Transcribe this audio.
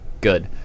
Good